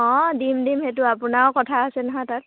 অঁ দিম দিম সেইটো আপোনাৰও কথা আছে নহয় তাত